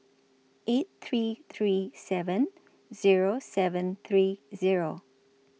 eight three three seven Zero seven three Zero